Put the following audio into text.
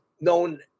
known